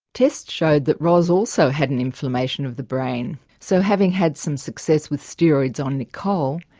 tests showed that ros also had an inflammation of the brain, so having had some success with steroids on nichole,